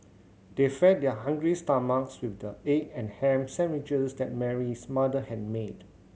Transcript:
they fed their hungry stomachs with the egg and ham sandwiches that Mary's mother had made